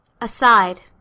aside